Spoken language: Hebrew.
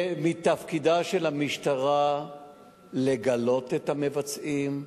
מתפקידה של המשטרה לגלות את המבצעים,